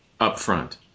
upfront